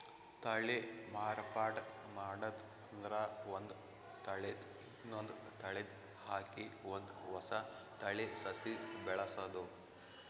ತಳಿ ಮಾರ್ಪಾಡ್ ಮಾಡದ್ ಅಂದ್ರ ಒಂದ್ ತಳಿದ್ ಇನ್ನೊಂದ್ ತಳಿಗ್ ಹಾಕಿ ಒಂದ್ ಹೊಸ ತಳಿ ಸಸಿ ಬೆಳಸದು